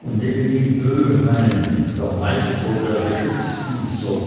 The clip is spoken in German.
und neben ihm böheim der meister der geschützgießer